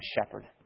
shepherd